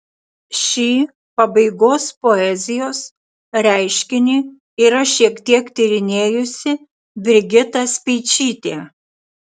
šį pabaigos poezijos reiškinį yra šiek tiek tyrinėjusi brigita speičytė